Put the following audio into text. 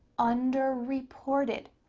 under-reported.